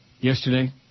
Yesterday